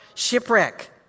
Shipwreck